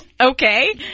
okay